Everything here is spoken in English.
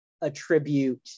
attribute